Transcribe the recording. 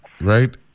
right